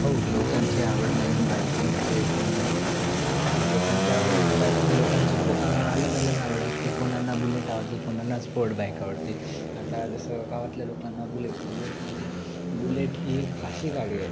हो लोकांची आवड म्हणून बाईकिंगचे तुम्ही लोकांची आवड म्हणून बाईकिंग लोकांची खूप आ अलग अलग आवड असते आहे कोनांना बुलेट आवडते कोनांना स्पोर्ड बाईक आवडते आहे आता जसं गावातल्या लोकांना बुलेट बुलेट म्हणजे बुलेट ही एक अशी गाडी आहे